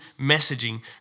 messaging